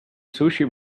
sushi